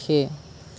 সেয়ে